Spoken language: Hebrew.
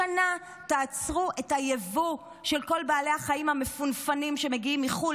לשנה תעצרו את היבוא של כל בעלי החיים המפונפנים שמגיעים מחו"ל.